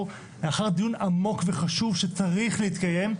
לאחר דיון עמוק וחשוב שצריך להתקיים,